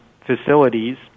facilities